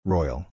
Royal